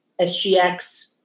SGX